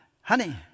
honey